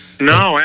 No